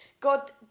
God